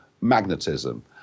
magnetism